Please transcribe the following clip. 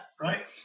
right